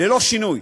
ללא שינוי,